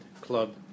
club